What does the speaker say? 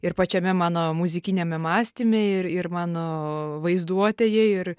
ir pačiame mano muzikiniame mąstyme ir ir mano vaizduotėje ir